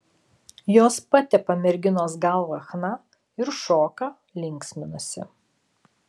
jos patepa merginos galvą chna ir šoka linksminasi